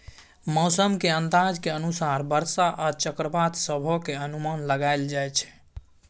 मौसम के अंदाज के अनुसार बरसा आ चक्रवात सभक अनुमान लगाइल जाइ छै